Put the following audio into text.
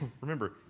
remember